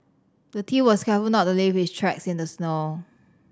the thief was careful to not leave his tracks in the snow